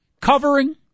covering